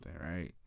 right